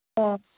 ꯑꯣ